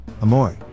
Amoy